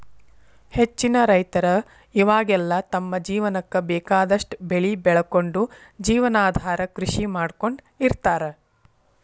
ಹೆಚ್ಚಿನ ರೈತರ ಇವಾಗೆಲ್ಲ ತಮ್ಮ ಜೇವನಕ್ಕ ಬೇಕಾದಷ್ಟ್ ಬೆಳಿ ಬೆಳಕೊಂಡು ಜೇವನಾಧಾರ ಕೃಷಿ ಮಾಡ್ಕೊಂಡ್ ಇರ್ತಾರ